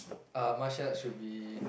uh martial arts should be